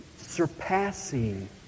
surpassing